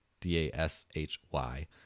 d-a-s-h-y